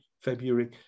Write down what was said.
February